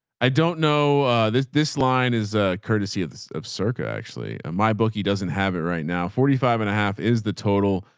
i don't know this, this line is a courtesy of circa. actually my bookie doesn't have it right now. forty five and a half is the total,